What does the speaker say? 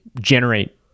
generate